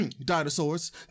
dinosaurs